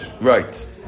right